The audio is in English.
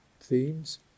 themes